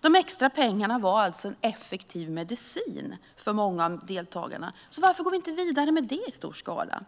De extra pengarna var alltså en effektiv medicin för många av deltagarna. Varför går vi inte vidare med detta i stor skala?